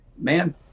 man